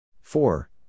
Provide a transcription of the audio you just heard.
Four